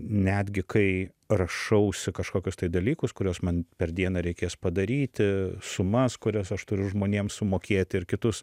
netgi kai rašausi kažkokius tai dalykus kuriuos man per dieną reikės padaryti sumas kurias aš turiu žmonėm sumokėti ir kitus